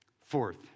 Fourth